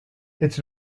its